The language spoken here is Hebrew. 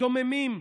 דוממים,